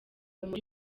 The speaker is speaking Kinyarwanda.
muri